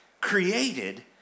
created